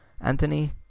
Anthony